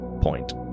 point